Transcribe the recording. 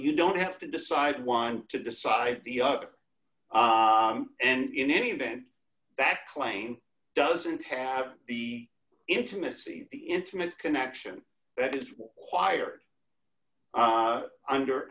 you don't have to decide one to decide the uk and in any event that claim doesn't have the intimacy the intimate connection that is choir under under